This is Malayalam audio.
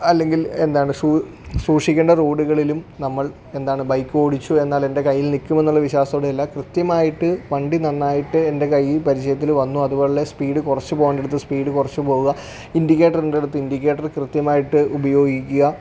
അല്ലെങ്കിൽ എന്താണ് സൂക്ഷിക്കേണ്ട റോഡുകളിലും നമ്മൾ എന്താണ് ബൈക്ക് ഓടിച്ചു എന്നാൽ എൻ്റെ കൈയിൽ നിൽക്കും എന്നുള്ള വിശ്വാസത്തോടെ അല്ല കൃത്യമായിട്ട് വണ്ടി നന്നായിട്ട് എൻ്റെ കൈയിൽ പരിചയത്തിന് വന്നു അതുപോലെയുള്ള സ്പീഡ് കുറച്ചു പോകേണ്ടത് സ്പീഡ് കുറച്ച് പോവുക ഇൻഡിക്കേറ്റർ ഇടേണ്ടത് ഇൻഡിക്കേറ്ററ് കൃത്യമായിട്ട് ഉപയോഗിക്കുക